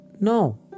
No